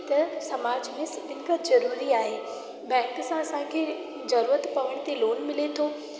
त समाज मे सभिनि खां ज़रूरी आहे बैंक सां असां खे ज़रूरत पवण ते लोन मिले थो